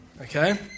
Okay